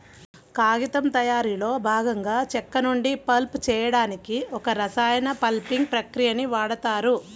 కాగితం తయారీలో భాగంగా చెక్క నుండి పల్ప్ చేయడానికి ఒక రసాయన పల్పింగ్ ప్రక్రియని వాడుతారు